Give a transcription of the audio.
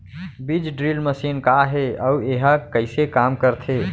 बीज drill machine का हे अऊ एहा कइसे काम करथे?